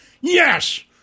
yes